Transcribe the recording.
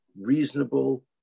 reasonable